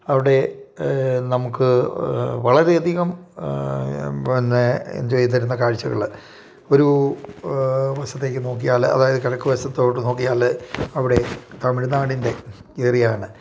അവിടെ നമുക്ക് വളരെ അധികം പിന്നെ എൻജോയി ചെയ്തിരുന്ന കാഴ്ചകൾ ഒരു വശത്തേക്ക് നോക്കിയാൽ അതായത് കിഴക്ക് വശത്തോട്ട് നോക്കിയാൽ അവിടെ തമിഴ്നാടിൻ്റെ ഏറിയാണ്